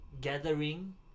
gathering